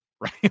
right